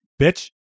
bitch